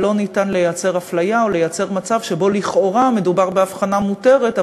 אבל לא ניתן לייצר אפליה או לייצר מצב שבו לכאורה מדובר בהבחנה מותרת,